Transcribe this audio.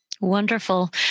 Wonderful